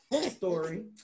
story